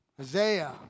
Isaiah